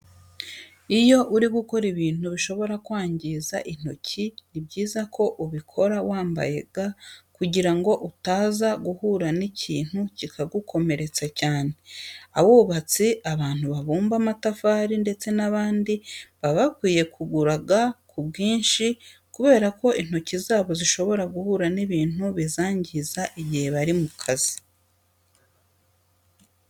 Iyo uri gukora ibintu bishobora kwangiza intoki, ni byiza ko ubikora wambaye ga kugira ngo utaza guhura n'ikintu kikagukomeretsa cyane. Abubatsi, abantu babumba amatafati ndetse n'abandi, baba bakwiye kugura ga ku bwinshi kubera ko intoki zabo zishobora guhura n'ibintu bizangiza igihe bari mu kazi.